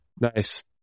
Nice